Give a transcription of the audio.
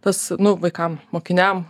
tas nu vaikam mokiniam